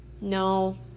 no